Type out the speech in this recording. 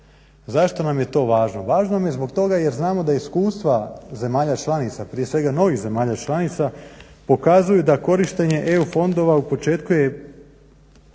Zašto nam je to važno? Važno nam je zbog toga jer znamo da iskustva zemalja članica, prije svega novih zemalja članica pokazuju da korištenje EU fondova u početku je